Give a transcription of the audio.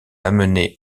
l’amener